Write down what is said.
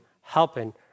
helping